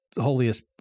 holiest